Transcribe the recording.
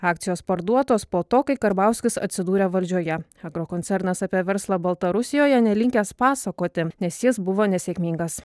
akcijos parduotos po to kai karbauskis atsidūrė valdžioje agrokoncernas apie verslą baltarusijoje nelinkęs pasakoti nes jis buvo nesėkmingas